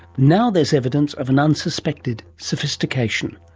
now there is evidence of an unsuspected sophistication.